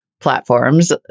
platforms